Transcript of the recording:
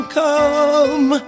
come